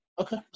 Okay